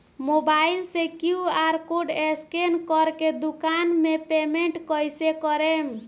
Mobile से QR code scan कर के दुकान मे पेमेंट कईसे करेम?